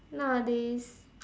nowadays